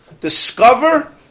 discover